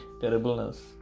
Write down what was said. terribleness